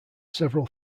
several